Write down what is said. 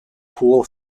cool